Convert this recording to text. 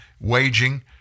waging